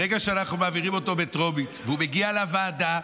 ברגע שאנחנו מעבירים אותו בטרומית והוא מגיע לוועדה,